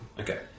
Okay